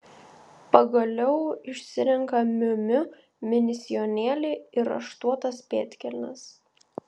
pagaliau išsirenka miu miu mini sijonėlį ir raštuotas pėdkelnes